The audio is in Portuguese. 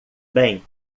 bem